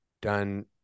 done